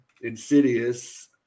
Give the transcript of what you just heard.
Insidious